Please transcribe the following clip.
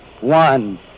one